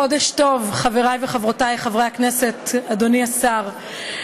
חודש טוב, חברי וחברותי חברי הכנסת, אדוני השר.